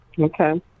Okay